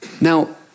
Now